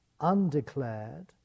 undeclared